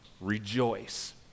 Rejoice